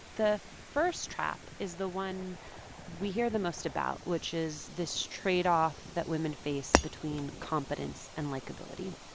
the first trap is the one we hear the most about, which is this trade-off that women face between competence and likeability.